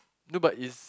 no but is